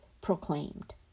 proclaimed